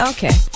Okay